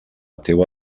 teua